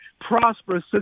prosperous